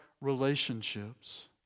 relationships